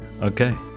Okay